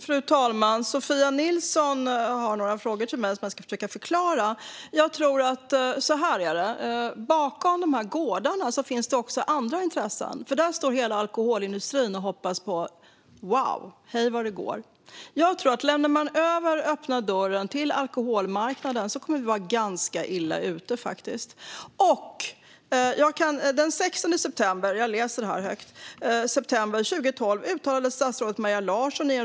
Fru talman! Sofia Nilsson ställde några frågor till mig som jag ska försöka svara på. Jag tror att det är så här: Bakom dessa gårdar finns det andra intressen. Där står nämligen hela alkoholindustrin och hoppas och tänker: "Wow! Hej, vad det går!" Om man öppnar dörren till alkoholmarknaden tror jag faktiskt att vi kommer att vara ganska illa ute. Jag kan också ta upp vad statsrådet Maria Larsson uttalade i en radiointervju den 16 september 2012.